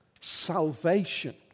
salvation